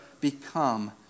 become